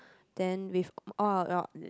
then with all our your